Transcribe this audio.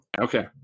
Okay